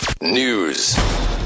News